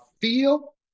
feel